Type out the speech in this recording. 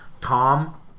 Tom